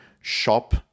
shop